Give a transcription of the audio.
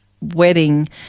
wedding